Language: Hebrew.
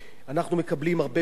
אנחנו מקבלים הרבה פניות,